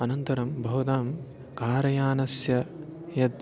अनन्तरं भवतां कार यानस्य यत्